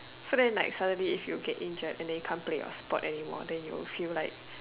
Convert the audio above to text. so then like suddenly if you get injured then you can't play your sport anymore then you will like